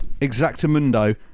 Exactamundo